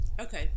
Okay